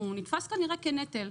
הוא נתפס כנראה כנטל,